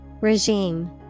Regime